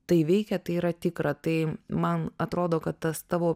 tai veikia tai yra tikra tai man atrodo kad tas tavo